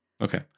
Okay